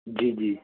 ਜੀ ਜੀ